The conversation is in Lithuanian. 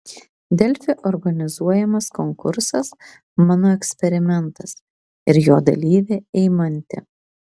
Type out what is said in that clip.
delfi organizuojamas konkursas mano eksperimentas ir jo dalyvė eimantė